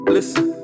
Listen